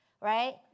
right